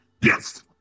yes